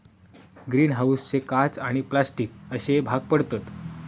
green हाऊसचे काच आणि प्लास्टिक अश्ये भाग पडतत